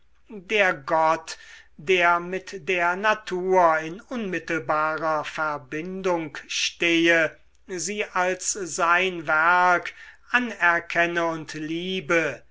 der gott der mit der natur in unmittelbarer verbindung stehe sie als sein werk anerkenne und liebe